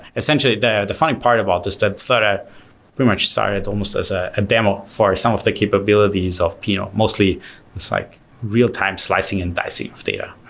essentially, the the funny part about this that thirdeye pretty much started almost as a demo for some of the capabilities of pinot, mostly it's like real-time slicing and dicing of data.